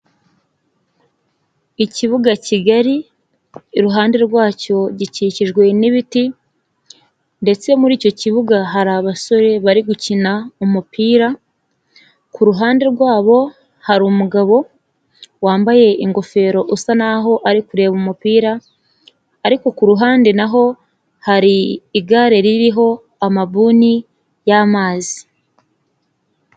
Ikibuga kigari iruhande rwacyo gikikijwe n'ibiti, ndetse muri icyo kibuga hari abasore bari gukina umupira, ku ruhande rwabo hari umugabo wambaye ingofero usa naho ari kureba umupira, ariko ku ruhande naho, hari igare ririho amabuni y'amazi.